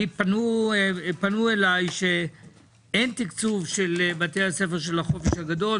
פנו אליי ואמרו שאין תקצוב של בתי הספר של החופש הגדול.